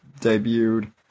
debuted